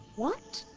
what?